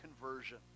conversion